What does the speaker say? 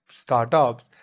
startups